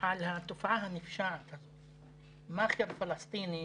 על התופעה הנפשעת הזאת, מאכר פלסטיני